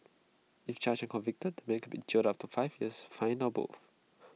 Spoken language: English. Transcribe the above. if charged convicted man could be jailed up to five years fined or both